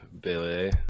Billy